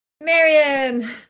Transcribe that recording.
Marion